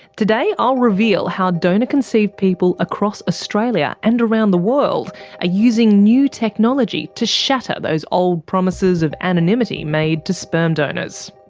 today i'll reveal how donor conceived people across australia and around the world are using new technology to shatter those old promises of anonymity made to sperm donors.